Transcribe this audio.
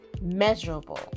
measurable